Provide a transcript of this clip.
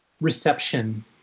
reception